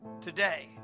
Today